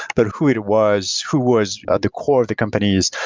but who it it was, who was at the core of the companies?